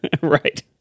Right